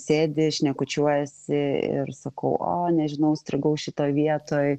sėdi šnekučiuojiesi ir sakau o nežinau užstrigau šitoj vietoj